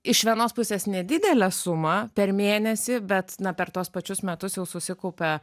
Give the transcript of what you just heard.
iš vienos pusės nedidelę sumą per mėnesį bet na per tuos pačius metus jau susikaupia